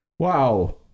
Wow